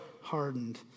hardened